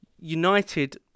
United